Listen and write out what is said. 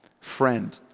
Friend